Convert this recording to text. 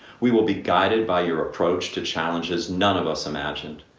we will be guided by your approach to challenges none of us imagined,